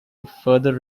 further